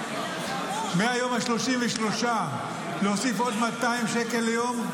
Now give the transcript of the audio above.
מהיום ה-33 להוסיף עוד 200 שקל ליום,